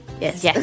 Yes